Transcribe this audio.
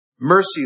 Mercy